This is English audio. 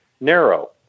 narrow